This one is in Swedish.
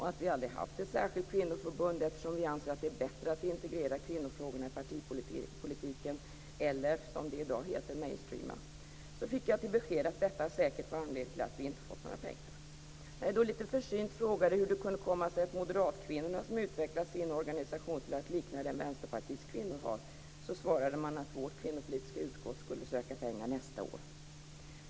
Vi anser att det är bättre att integrera kvinnofrågorna i partipolitiken - eller som det i dag heter, att "mainstreama". Då fick beskedet att detta säkert var anledningen till att vi inte hade fått några pengar. När jag då lite försynt frågade hur det kunde komma sig att moderatkvinnorna kunnat utveckla sin organisation till att likna den Vänsterpartiets kvinnor har, svarade man att vårt kvinnopolitiska utskott skulle få söka pengar nästa år.